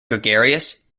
gregarious